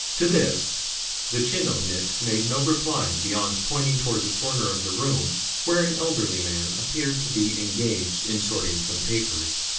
to this the tchinovniks made no reply beyond pointing towards a corner of the room where an elderly man appeared to be engaged in sorting some papers.